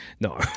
no